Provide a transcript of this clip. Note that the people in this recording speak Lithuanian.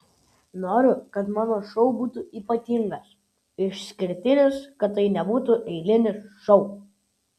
noriu kad mano šou būtų ypatingas išskirtinis kad tai nebūtų eilinis šou